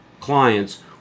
clients